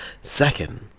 Second